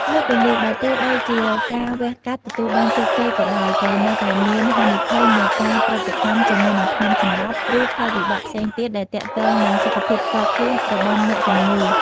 លើសពីនេះ បើទោះបីជាការវះកាត់ទទួលបានជោគជ័យក៏ដោយ ក៏នៅតែមានហានិភ័យនៃការប្រតិកម្មជាមួយនឹងថ្នាំសន្លប់ ឬផលវិបាកផ្សេងទៀតដែលទាក់ទងនឹងសុខភាពផ្ទាល់ខ្លួនរបស់អ្នកជំងឺ។